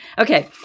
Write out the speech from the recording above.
Okay